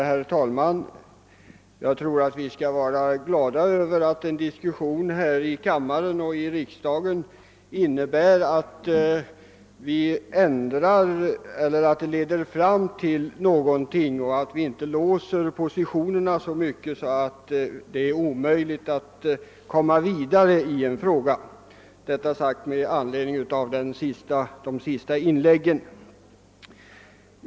Herr talman! Jag tror att vi skall vara glada över att en diskussion här i kammaren och i riksdagen kan leda fram till någonting och att vi inte låser våra positioner så mycket att det blir omöjligt att komma vidare. Jag vill gärna säga detta med anledning av de senaste inläggen.